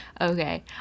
okay